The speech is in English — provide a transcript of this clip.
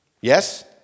Yes